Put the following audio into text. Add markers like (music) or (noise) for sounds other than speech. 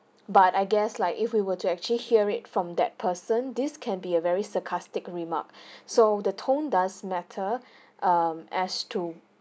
but I guess like if we were to actually hear it from that person this can be a very sarcastic remark (breath) so the tone does matter um as to